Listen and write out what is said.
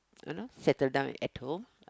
you know settle down at home